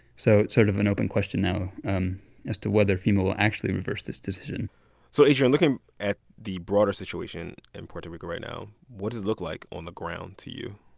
so it's sort of an open question now um as to whether fema will actually reverse this decision so adrian, looking at the broader situation in puerto rico right now, what does it look like on the ground to you?